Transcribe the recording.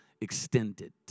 extended